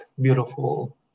beautiful